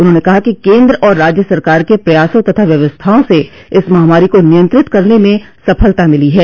उन्होंने कहा कि केन्द्र और राज्य सरकार के प्रयासों तथा व्यवस्थाओं से इस महामारी को नियंत्रित करने में सफलता मिली है